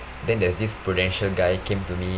then there's this prudential guy came to me